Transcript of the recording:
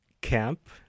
camp